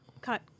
cut